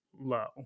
low